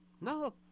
No